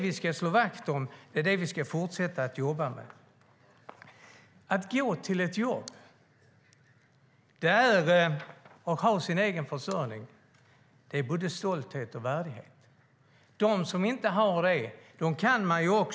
Vi ska slå vakt om detta och fortsätta att jobba så. Att gå till ett jobb och ha en egen försörjning ger både stolthet och värdighet.